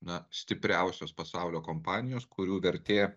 na stipriausios pasaulio kompanijos kurių vertė